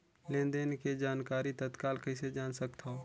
लेन देन के जानकारी तत्काल कइसे जान सकथव?